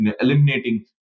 eliminating